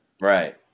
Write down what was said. Right